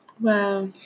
Wow